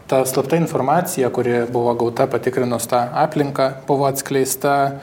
ta slapta informacija kuri buvo gauta patikrinus tą aplinką buvo atskleista